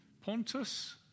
Pontus